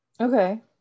okay